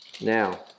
Now